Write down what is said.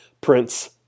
Prince